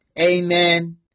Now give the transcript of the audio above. Amen